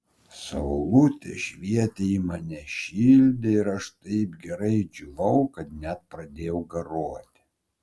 saulutė švietė į mane šildė ir aš taip gerai džiūvau kad net pradėjau garuoti